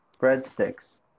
breadsticks